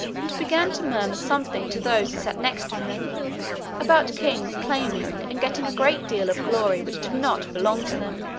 and began to murmur something to those who sat next to him about kings claiming and getting a great deal of glory which did not belong to them.